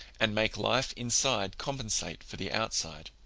and make life inside compensate for the outside.